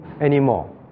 anymore